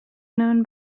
known